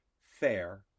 fair